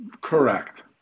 Correct